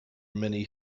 many